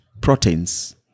proteins